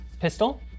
pistol